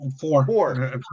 Four